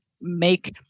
make